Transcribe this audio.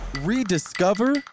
rediscover